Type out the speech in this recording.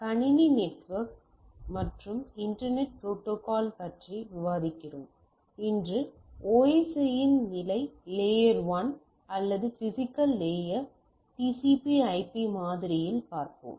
கணினி நெட்வொர்க் மற்றும் internet protocol பற்றி விவாதிக்கிறோம் இன்று OSI இன் நிலை லேயர் 1 அல்லது பிசிக்கல் லேயர் TCP IP மாதிரியில் பார்ப்போம்